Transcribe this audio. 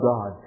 God